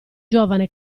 giovane